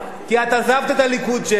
כי את עזבת את הליכוד שהכרת,